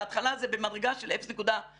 בהתחלה זה במדרגה של 0.49%,